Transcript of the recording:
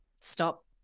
stop